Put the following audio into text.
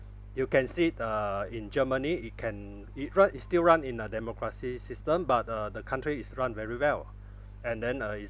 you can see it uh in germany it can it run is still run in a democracy system but uh the country is run very well and then uh it's